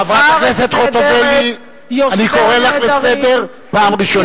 חברת הכנסת חוטובלי, אני קורא לך לסדר פעם ראשונה.